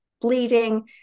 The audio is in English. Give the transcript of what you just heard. bleeding